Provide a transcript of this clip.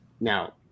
Now